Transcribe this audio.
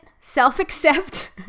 Self-accept